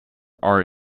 are